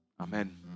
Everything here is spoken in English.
Amen